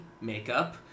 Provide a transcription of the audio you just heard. makeup